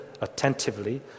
attentively